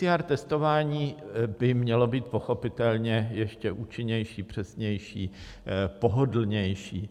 PCR testování by mělo být pochopitelně ještě účinnější, přesnější, pohodlnější.